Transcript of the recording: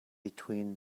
between